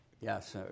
yes